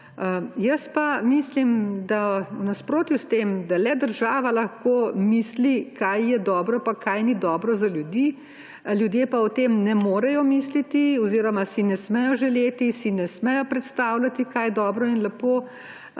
Jaz pa mislim, da v nasprotju s tem, da le država lahko misli, kaj je dobro in kaj ni dobro za ljudi, ljudje pa o tem ne morejo misliti oziroma si ne smejo želeti, si ne smejo predstavljati, kaj je dobro in lepo,